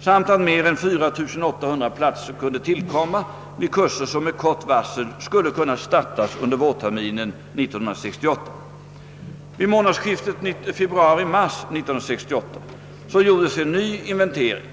samt att mer än 4800 platser kunde tillkomma vid kurser som med kort varsel skulle kunna startas under vårterminen år 1968. Vid månadsskiftet februari-—mars 1968 gjordes en ny inventering.